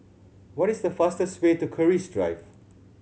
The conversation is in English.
what is the fastest way to Keris Drive